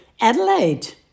Adelaide